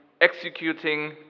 executing